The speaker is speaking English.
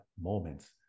moments